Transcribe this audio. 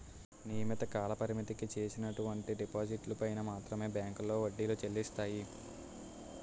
నియమిత కాలపరిమితికి చేసినటువంటి డిపాజిట్లు పైన మాత్రమే బ్యాంకులో వడ్డీలు చెల్లిస్తాయి